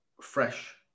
fresh